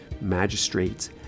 magistrates